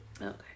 okay